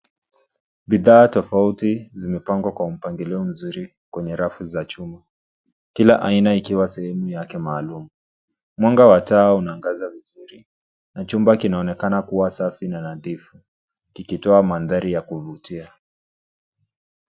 Bidhaa tofauti zimepangwa kwa mpangilio mzuri kwenye rafu za chuma. Kila aina ikiwa sehemu yake maalum. Mwanga wa taa unaangaza vizuri na chumba kinaonekana kuwa safi na nadhifu kikitoa mandhari ya kuvutia.